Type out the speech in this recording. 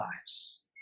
lives